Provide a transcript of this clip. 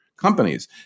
companies